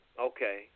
Okay